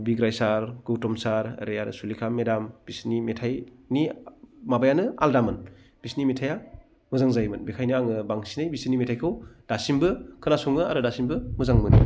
बिग्राय sir Gautam sir ओरै आरो सुलेखा मेदाम बिसोरनि मेथाइनि माबायानो आलादामोन बिसोरनि मेथाइआ मोजां जायोमोन बेनिखायनो आङो बांसिनै बिसोरनि मेथाइखौ दासिमबो खोनासङो आरो दासिमबो मोजां मोनो